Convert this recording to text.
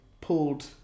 pulled